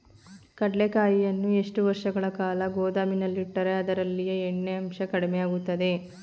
ಕಡ್ಲೆಕಾಯಿಯನ್ನು ಎಷ್ಟು ವರ್ಷಗಳ ಕಾಲ ಗೋದಾಮಿನಲ್ಲಿಟ್ಟರೆ ಅದರಲ್ಲಿಯ ಎಣ್ಣೆ ಅಂಶ ಕಡಿಮೆ ಆಗುತ್ತದೆ?